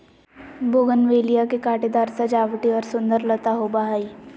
bougainvillea के कांटेदार सजावटी और सुंदर लता होबा हइ